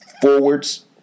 forwards